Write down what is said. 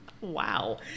Wow